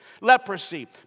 Leprosy